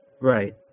Right